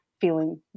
feeling